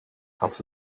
hans